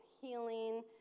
healing